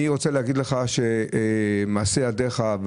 אני רוצה לומר לך שמעשי ידיך,